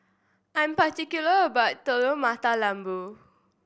I'm particular about Telur Mata Lembu